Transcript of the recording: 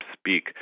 Speak